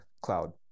cloud